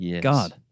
God